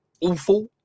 awful